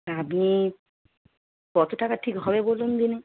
আপনি কত টাকা ঠিক হবে বলুন দেখি